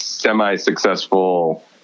semi-successful